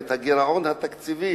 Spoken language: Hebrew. ובעניין הגירעון התקציבי,